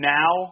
now